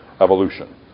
evolution